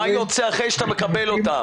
מה יוצא אחרי שאתה מקבל אותם?